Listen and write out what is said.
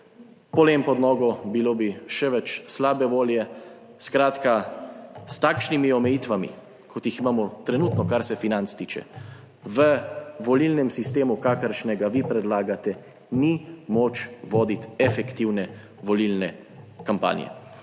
polen pod nogo, bilo bi še več slabe volje. Skratka, s takšnimi omejitvami, kot jih imamo trenutno, kar se financ tiče, v volilnem sistemu, kakršnega vi predlagate ni moč voditi efektivne volilne kampanje.